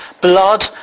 Blood